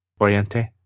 Oriente